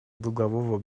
долгового